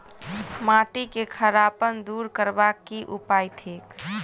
माटि केँ खड़ापन दूर करबाक की उपाय थिक?